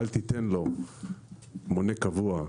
אל תיתן לו מונה קבוע,